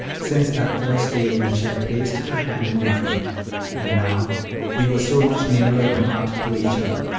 since that first day when she had placed her hand in mine and now we were so much nearer in heart to each other.